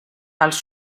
els